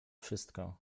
wszystko